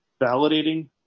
validating